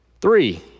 Three